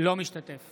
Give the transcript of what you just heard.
אינו משתתף